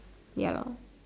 ya lor